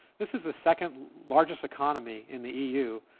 this is the second largest economy in the eu.